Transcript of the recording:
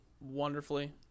wonderfully